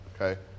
okay